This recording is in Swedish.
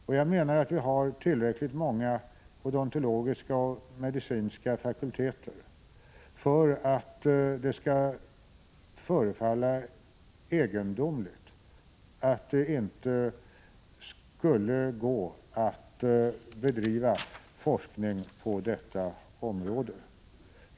Och jag menar att vi har så många odontologiska och medicinska fakulteter att det förefaller egendomligt att det inte skulle gå att bedriva forskning på detta område.